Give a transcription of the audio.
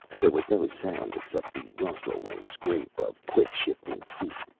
there was no sound except the rustle and scrape of quick-shifting feet.